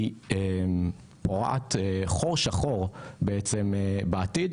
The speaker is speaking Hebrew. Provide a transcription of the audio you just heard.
היא רואת חור שחור בעצם בעתיד,